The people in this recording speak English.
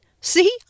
See